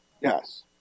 Yes